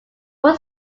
what